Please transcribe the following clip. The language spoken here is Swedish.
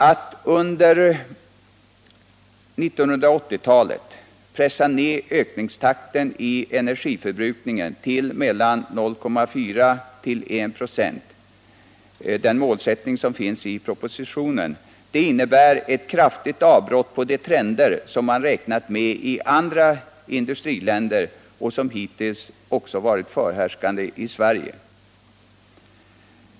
Att under 1980-talet pressa ned ökningstakten i energiförbrukningen till 0,4-1 26, en målsättning som finns i propositionen, innebär ett kraftigt avbrott i de trender som man räknat med i andra industriländer och som hittills också varit förhärskande i Sverige.